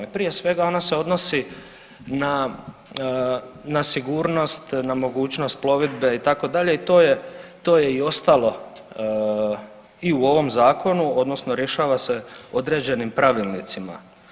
Prije svega ona se odnosi na sigurnost, na mogućnost plovidbe itd. i to je i ostalo i u ovom zakonu, odnosno rješava se određenim pravilnicima.